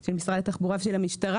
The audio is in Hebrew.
של משרד התחבורה ושל המשטרה.